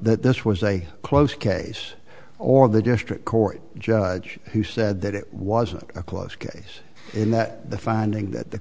that this was a close case or the district court judge who said that it wasn't a close case in that the finding that the